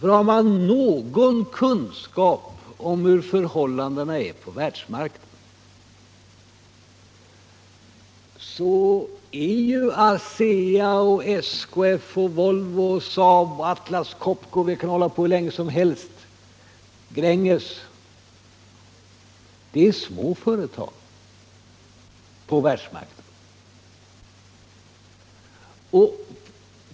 Har man någon kunskap om hur förhållandena är på världsmarknaden, så vet man att ASEA, SKF, Volvo, SAAB, Atlas Copco, Gränges m.fl. är små företag på världsmarknaden.